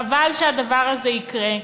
חבל שהדבר הזה יקרה,